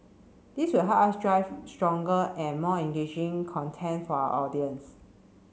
this will help us drive stronger and more engaging content for our audience